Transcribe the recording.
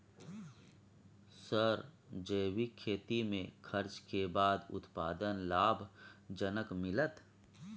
Sir जैविक खेती में खर्च के बाद उत्पादन लाभ जनक मिलत?